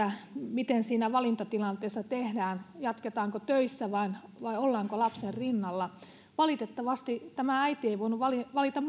miten siinä valintatilanteessa tehdään jatketaanko töissä vai ollaanko lapsen rinnalla valitettavasti tämä äiti ei voinut valita